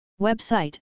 Website